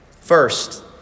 first